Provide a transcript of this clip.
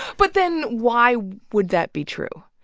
but then why would that be true?